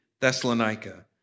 Thessalonica